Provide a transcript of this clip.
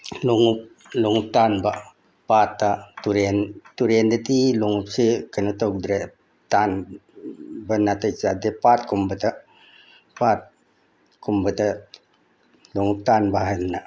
ꯂꯣꯡꯎꯞ ꯂꯣꯡꯎꯞ ꯇꯥꯟꯕ ꯄꯥꯠꯇ ꯇꯨꯔꯦꯟꯗꯗꯤ ꯂꯣꯡꯎꯞꯁꯦ ꯀꯩꯅꯣ ꯇꯧꯗ꯭ꯔꯦ ꯇꯥꯟꯕ ꯅꯥꯇꯩ ꯆꯥꯗꯦ ꯄꯥꯠꯀꯨꯝꯕꯗ ꯄꯥꯠꯀꯨꯝꯕꯗ ꯂꯣꯡꯎꯞ ꯇꯥꯟꯕ ꯍꯥꯏꯗꯅ